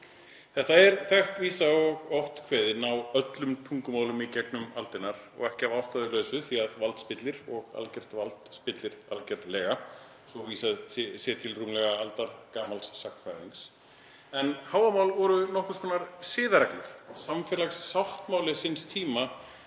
Þetta er þekkt vísa og oft kveðin á öllum tungumálum í gegnum aldirnar, og ekki að ástæðulausu því að vald spillir og algjört vald spillir algjörlega, svo að vísað sé til rúmlega aldar gamals sagnfræðings. Hávamál voru nokkurs konar siðareglur, samfélagssáttmáli síns tíma